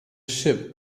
ship